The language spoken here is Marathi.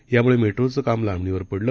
यामुळेमेट्रोचंकामलांबणीवरपडलं